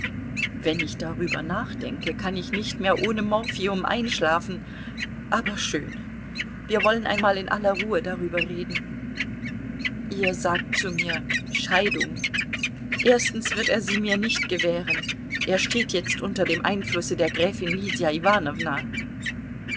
wenn ich darüber nachdenke kann ich nicht mehr ohne morphium einschlafen aber schön wir wollen einmal in aller ruhe darüber reden ihr sagt zu mir scheidung erstens wird er sie mir nicht gewähren er steht jetzt unter dem einflusse der gräfin lydia